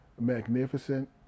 magnificent